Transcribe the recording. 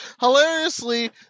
hilariously